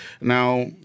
Now